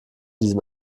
diesem